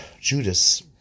Judas